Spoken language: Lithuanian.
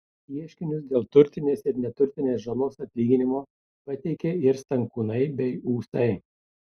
ieškinius dėl turtinės ir neturtinės žalos atlyginimo pateikė ir stankūnai bei ūsai